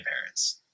parents